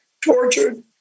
tortured